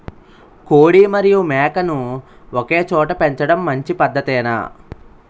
కోడి మరియు మేక ను ఒకేచోట పెంచడం మంచి పద్ధతేనా?